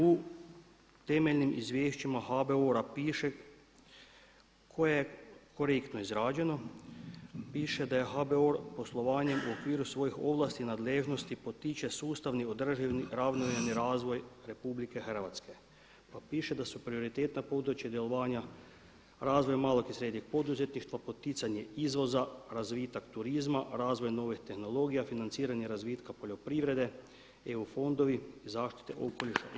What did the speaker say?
U temeljnim izvješćima HBOR-a piše koje je korektno izrađeno, piše da je HBOR poslovanjem u okviru svojih ovlasti i nadležnosti potiče sustavni održivi ravnomjerni razvoj RH, pa piše da su prioritetna područja djelovanja razvoj malog i srednjeg poduzetništva, poticanje izvoza, razvitak turizma, razvoj nove tehnologije, financiranje razvitka poljoprivrede, EU fondovi, zaštite okoliša i